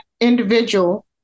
individual